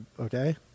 okay